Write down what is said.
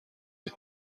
ایه